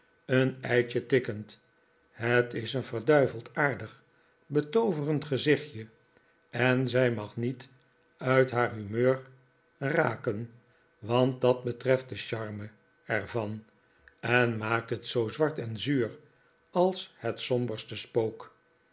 een eitje tikkend het is een verduiveld aardig betooverend gezichtje en zij mag niet uit haar humeur raken want dat bederft de charme er van en maakt het zoo zwart en zuur als het somberste spook